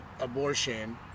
abortion